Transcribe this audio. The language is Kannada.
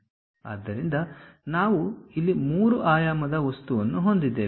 ಆದ್ದರಿಂದ ನಾವು ಇಲ್ಲಿ ಮೂರು ಆಯಾಮದ ವಸ್ತುವನ್ನು ಹೊಂದಿದ್ದೇವೆ